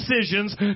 decisions